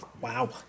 Wow